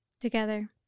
together